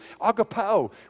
agapao